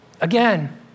Again